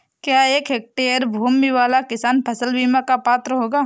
क्या एक हेक्टेयर भूमि वाला किसान फसल बीमा का पात्र होगा?